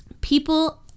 people